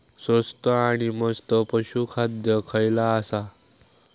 स्वस्त आणि मस्त पशू खाद्य खयला आसा?